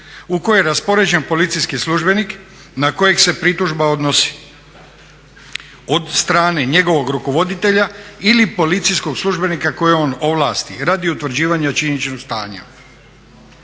u koju je raspoređen policijski službenik na kojeg se pritužba odnosi, od strane njegovog rukovoditelja ili policijskog službenika kojeg on ovlasti radi utvrđivanja činjeničnog stanja.